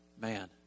Man